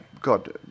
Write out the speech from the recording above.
God